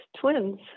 twins